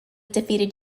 defeated